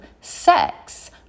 sex